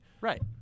Right